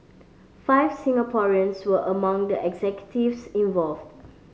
five Singaporeans were among the executives involved